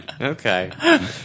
Okay